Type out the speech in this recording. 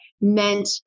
meant